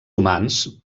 humans